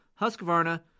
Husqvarna